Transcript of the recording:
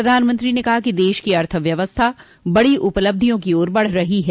प्रधानमंत्री ने कहा कि देश की अर्थव्यवस्था बड़ी उपलबधियों की ओर बढ़ रही है